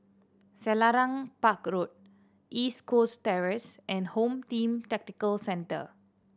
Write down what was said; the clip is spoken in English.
Selarang Park Road East Coast Terrace and Home Team Tactical Centre